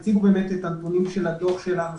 הציגו את הדברים של הדוח שלנו,